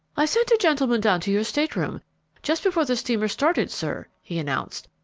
i sent a gentleman down to your stateroom just before the steamer started, sir, he announced,